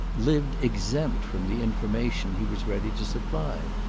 lived exempt from the information he was ready to supply.